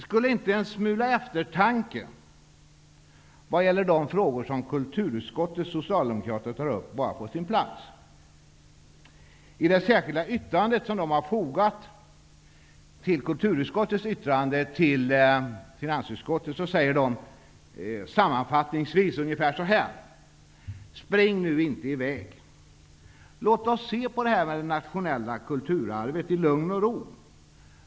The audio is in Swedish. Skulle inte en smula eftertanke i vad gäller de frågor som kulturutskottets socialdemokrater tar upp vara på sin plats? Den avvikande mening som socialdemokraterna har fogat till kulturutskottets yttrande till finansutskottet går sammanfattningsvis ut på att man inte skall springa i väg. Låt oss se på frågan om det nationella kulturarvet i lugn och ro.